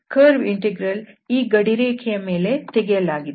curve integral ಈ ಗಡಿರೇಖೆಯ ಮೇಲೆ ತೆಗೆಯಲಾಗಿದೆ